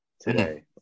today